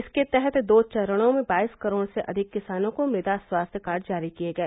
इसके तहत दो चरणों में बाईस करोड़ से अधिक किसानों को मृदा स्वास्थ्य कार्ड जारी किए गए